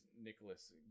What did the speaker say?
Nicholas